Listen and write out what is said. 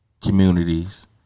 communities